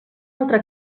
altra